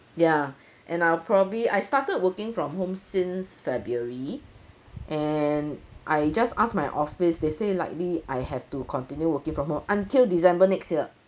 ya and I'll probably I started working from home since february and I just ask my office they say likely I have to continue working from home until december next year